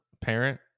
parent